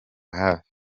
hafi